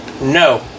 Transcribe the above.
No